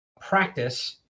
practice